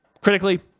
Critically